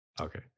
Okay